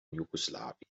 jugoslawien